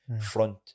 front